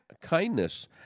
kindness